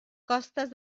costes